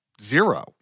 zero